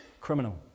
criminal